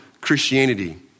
Christianity